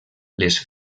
les